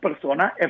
persona